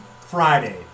Friday